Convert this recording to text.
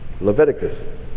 Leviticus